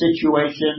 situation